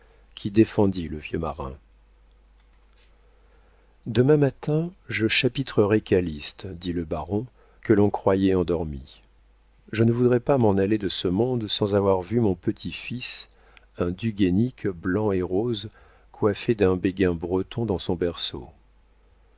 qui défendit le vieux marin demain matin je chapitrerai calyste dit le baron que l'on croyait endormi je ne voudrais pas m'en aller de ce monde sans avoir vu mon petit-fils un guénic blanc et rose coiffé d'un béguin breton dans son berceau